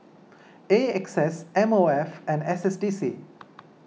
A X S M O F and S S D C